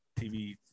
TV